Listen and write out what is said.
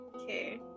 Okay